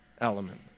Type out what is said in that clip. element